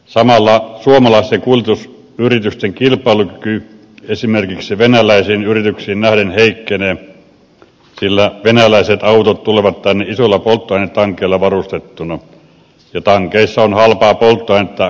samalla suomalaisten kuljetusyritysten kilpailukyky esimerkiksi venäläisiin yrityksiin nähden heikkenee sillä venäläiset autot tulevat tänne isoilla polttoainetankeilla varustettuina ja tankeissa on halpaa polttoainetta koko matkaa varten